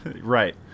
Right